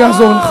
הוא יעזור לך.